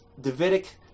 Davidic